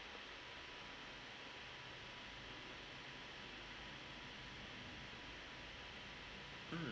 mm